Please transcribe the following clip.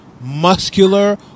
muscular